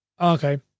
okay